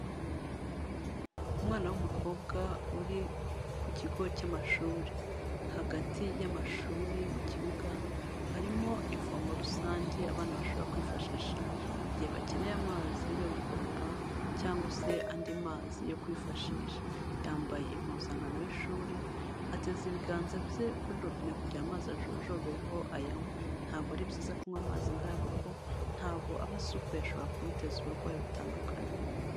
Umwana w'umukobwa uri ku kigo cy'amashuri, hagati y'amashuri mu kibuga harimo ivomo rusange abana bashobora kwifashisha igihe bakeneye amazi yo gukoropa cyangwa se andi mazi yo kwifashisha, yambaye impuzankano y'ishuri ateza ibiganza bye kuri robine kugira ngo amazi ajojoberaho ayanywe, ntabwo ari byiza kunywa amazi nk'ayo kuko ntago aba asukuye shobora kumuteza uburwayi butandukanye.